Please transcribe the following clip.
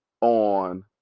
on